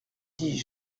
dis